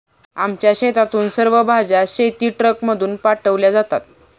आमच्या शेतातून सर्व भाज्या शेतीट्रकमधून पाठवल्या जातात